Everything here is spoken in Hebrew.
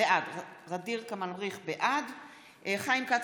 בעד חיים כץ,